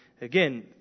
Again